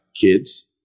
kids